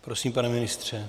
Prosím, pane ministře.